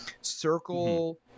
circle